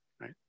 right